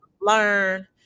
learn